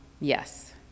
Yes